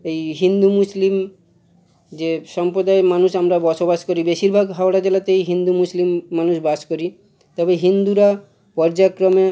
এই হিন্দু মুসলিম যে সম্প্রদায়ের মানুষ আমরা বসবাস করি বেশিরভাগ হাওড়া জেলাতেই হিন্দু মুসলিম মানুষ বাস করি তবে হিন্দুরা পর্যায়ক্রমে